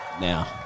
Now